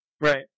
right